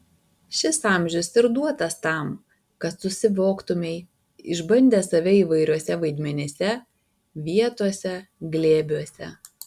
šis amžius ir duotas tam kad susivoktumei išbandęs save įvairiuose vaidmenyse vietose glėbiuose